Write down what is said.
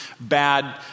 bad